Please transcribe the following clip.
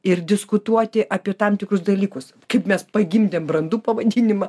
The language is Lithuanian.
ir diskutuoti apie tam tikrus dalykus kaip mes pagimdėm brandu pavadinimą